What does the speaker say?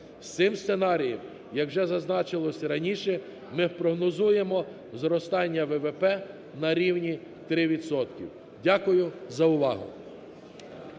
Із цим сценарієм, як вже зазначалося раніше, ми прогнозуємо зростання ВВП на рівні 3 відсотки. Дякую за увагу.